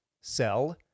sell